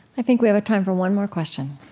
i think we have time for one more question